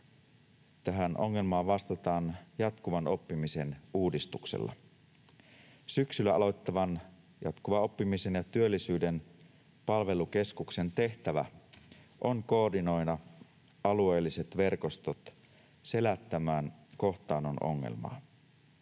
tähän ongelmaan vastataan jatkuvan oppimisen uudistuksella. Syksyllä aloittavan Jatkuvan oppimisen ja työllisyyden palvelukeskuksen tehtävä on koordinoida alueelliset verkostot selättämään kohtaannon ongelma.